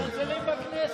הם מזלזלים בכנסת.